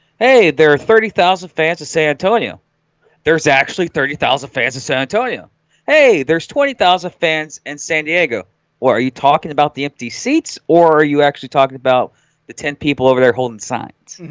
hey, there are thirty thousand fans in san antonio there's actually thirty thousand fans san antonio hey, there's twenty thousand fans in san diego or are you talking about the empty seats or are you actually talking about the ten people over? there holding signs